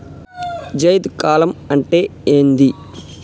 జైద్ కాలం అంటే ఏంది?